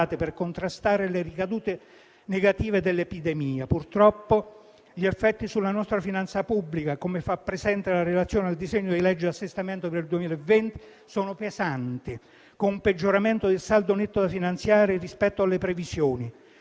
per contrastare le ricadute negative dell'epidemia. Purtroppo gli effetti sulla nostra finanza pubblica, come fa presente la relazione al disegno di legge di assestamento per il 2020, sono pesanti, con un peggioramento del saldo netto da finanziare rispetto alle previsioni.